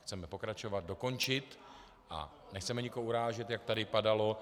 Chceme pokračovat, dokončit a nechceme nikoho urážet, jak tady padalo.